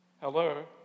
Hello